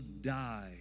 die